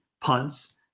punts